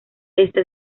esta